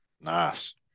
Nice